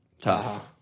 Tough